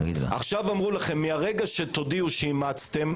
עכשיו אמרו לכם: מרגע שתודיעו שאימצתם